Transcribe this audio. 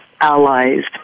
allies